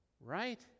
Right